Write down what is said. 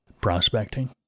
prospecting